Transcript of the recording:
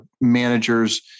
managers